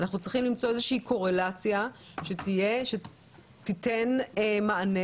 אנחנו צריכים למצוא איזושהי קורלציה שתיתן מענה